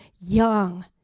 young